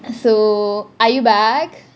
so are you back